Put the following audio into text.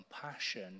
compassion